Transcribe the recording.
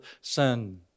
sin